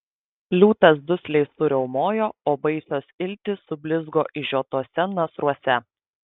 liūtas dusliai suriaumojo o baisios iltys sublizgo išžiotuose nasruose